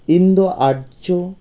Indo Arya